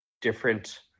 different